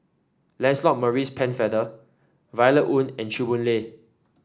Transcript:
Lancelot Maurice Pennefather Violet Oon and Chew Boon Lay